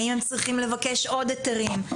האם הם צריכים לבקש עוד היתרים,